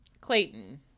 clayton